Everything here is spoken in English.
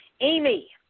Amy